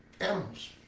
animals